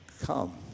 come